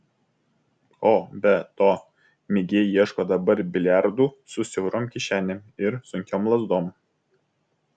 o be to mėgėjai ieško dabar biliardų su siaurom kišenėm ir sunkiom lazdom